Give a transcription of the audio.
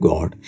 God